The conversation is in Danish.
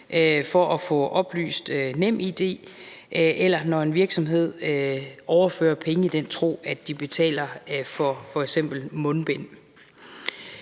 for at få oplyst NemID, eller ved at få en virksomhed til at overføre penge i den tro, at de betaler for f.eks. mundbind.